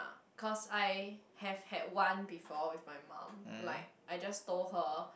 cause I have had one before with my mom like I just told her